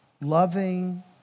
Loving